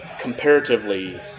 comparatively